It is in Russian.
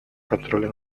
контроля